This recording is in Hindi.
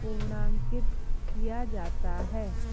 पूर्णांकित किया जाता है